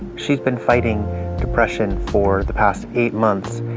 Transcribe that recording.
she's been fighting depression for the past eight months.